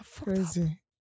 crazy